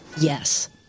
yes